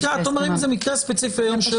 אתם אומרים זה מקרה הספציפי היום של